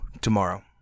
tomorrow